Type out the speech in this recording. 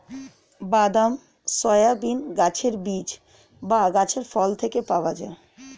বাদাম, সয়াবিন গাছের বীজ বা গাছের ফল থেকে পাওয়া যায়